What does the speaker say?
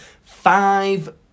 five